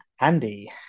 Andy